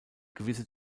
gewisse